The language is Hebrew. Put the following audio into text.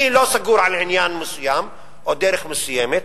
אני לא סגור על עניין מסוים או דרך מסוימת,